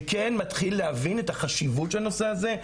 שכן מתחיל להבין את החשיבות של הנושא הזה,